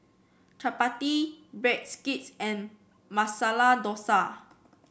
Chapati Breadsticks and Masala Dosa